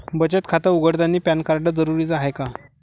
बचत खाते उघडतानी पॅन कार्ड जरुरीच हाय का?